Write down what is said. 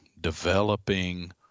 Developing